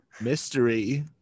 Mystery